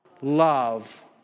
love